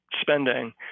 spending